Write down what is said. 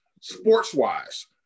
sports-wise